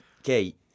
Okay